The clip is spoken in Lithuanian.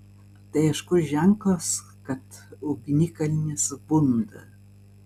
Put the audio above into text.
tai aiškus ženklas kad ugnikalnis bunda